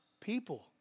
people